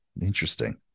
Interesting